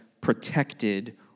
protected